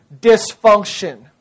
dysfunction